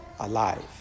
Alive